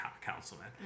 councilman